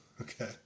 okay